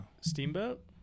steamboat